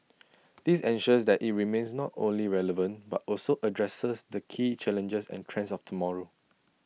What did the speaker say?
this ensures that IT remains not only relevant but also addresses the key challenges and trends of tomorrow